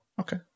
Okay